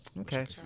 Okay